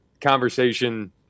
conversation